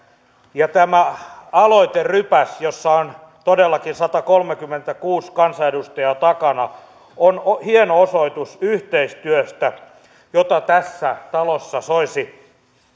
ja tämä aloiterypäs jossa on todellakin satakolmekymmentäkuusi kansanedustajaa takana on hieno osoitus yhteistyöstä jota tässä talossa soisi